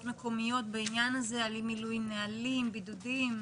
מקומיות על אי מילוי נהלים ובידודים?